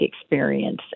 experience